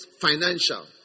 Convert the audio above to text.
financial